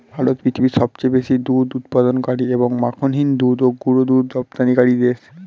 ভারত পৃথিবীর সবচেয়ে বেশি দুধ উৎপাদনকারী এবং মাখনহীন দুধ ও গুঁড়ো দুধ রপ্তানিকারী দেশ